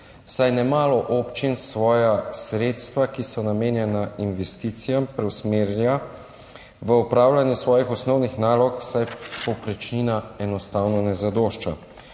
saj nemalo občin svoja sredstva, ki so namenjena investicijam, preusmerja v opravljanje svojih osnovnih nalog, saj povprečnina enostavno ne zadošča.